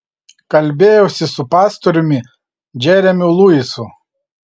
kalbėjausi su pastoriumi džeremiu luisu